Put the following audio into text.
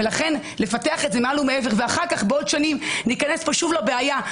ולכן לפתוח את זה מעל ומעבר ואחר כך בעוד שנים ניכנס פה שוב לבעיה,